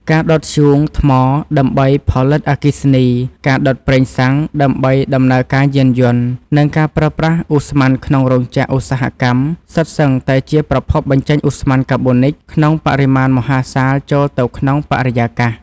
ការដុតធ្យូងថ្មដើម្បីផលិតអគ្គិសនី ការដុតប្រេងសាំងដើម្បីដំណើរការយានយន្ត និងការប្រើប្រាស់ឧស្ម័នក្នុងរោងចក្រឧស្សាហកម្ម សុទ្ធសឹងតែជាប្រភពបញ្ចេញឧស្ម័នកាបូនិក ក្នុងបរិមាណមហាសាលចូលទៅក្នុងបរិយាកាស។